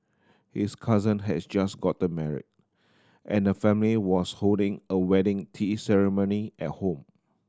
his cousin had just gotten married and the family was holding a wedding tea ceremony at home